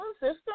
system